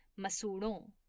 masuron